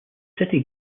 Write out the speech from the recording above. city